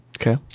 Okay